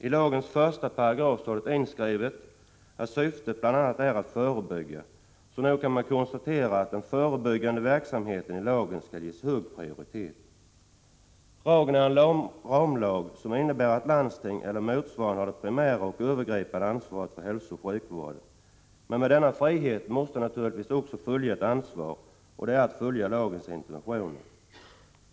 I lagens första paragraf står det inskrivet att syftet bl.a. är att förebygga, så nog kan man konstatera att den förebyggande verksamheten i lagen ges hög prioritet. Lagen är en ramlag, som innebär att landsting eller motsvarande har den primära och övergripande uppgiften att handha hälsooch sjukvården. Med denna uppgift måste naturligtvis också följa ett ansvar för att följa lagens intentioner.